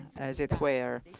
as it were.